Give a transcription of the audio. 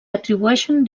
atribueixen